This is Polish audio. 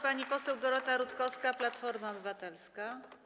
Pani poseł Dorota Rutkowska, Platforma Obywatelska.